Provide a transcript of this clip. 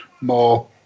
more